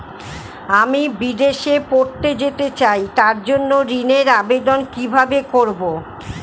আমি বিদেশে পড়তে যেতে চাই তার জন্য ঋণের আবেদন কিভাবে করব?